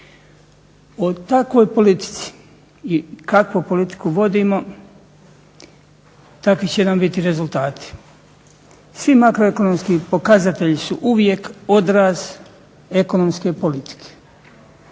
O takvoj politici i kakvu politiku vodimo takvi će nam biti i rezultati. Svi makroekonomski pokazatelji su uvijek odraz ekonomske politike.